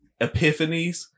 epiphanies